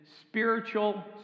spiritual